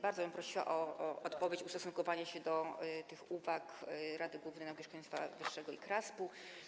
Bardzo bym prosiła o odpowiedź, ustosunkowanie się do tych uwag Rady Głównej Nauki i Szkolnictwa Wyższego i KRASP-u.